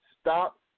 Stop